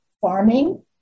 farming